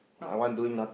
not